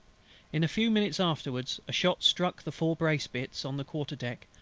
in a few minutes afterwards a shot struck the fore-brace-bits on the quarter-deck,